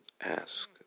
ask